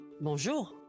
bonjour